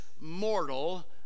mortal